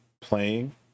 playing